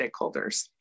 stakeholders